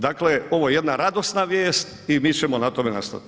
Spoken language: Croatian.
Dakle, ovo je jedna radosna vijest i mi ćemo na tome nastaviti.